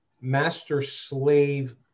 master-slave